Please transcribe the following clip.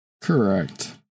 Correct